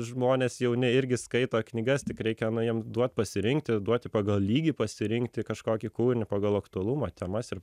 žmonės jauni irgi skaito knygas tik reikia nu jiem duot pasirinkti duoti pagal lygį pasirinkti kažkokį kūrinį pagal aktualumą temas ir